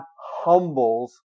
humbles